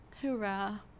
Hoorah